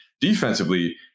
defensively